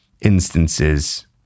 instances